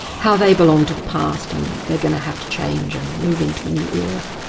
how they belong to the past and they're going to have to change and move into a new era.